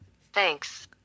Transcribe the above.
Thanks